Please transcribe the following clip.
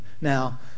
Now